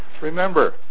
remember